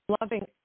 loving